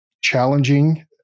challenging